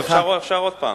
אפשר עוד פעם.